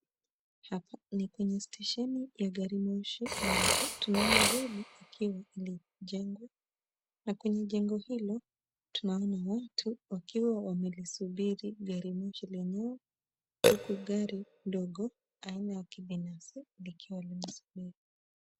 Hapa ni kwenye stesheni ya gari moshi, ambapo tunaona reli ikiwa kwenye jengo na kwenye jengo hilo tunaona watu wakiwa wamelisubiri gari moshi lenyewe, huku gari ndogo aina ya kibinafsi ikiwa linasubiri